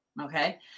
Okay